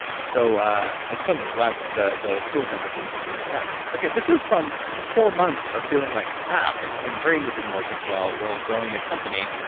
so ah and funny, like the the stool samples didn't pick any of that up okay, this is from, this is four months of feeling like crap and having a brain that didn't work as well while growing a company,